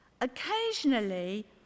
Occasionally